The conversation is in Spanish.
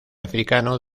africano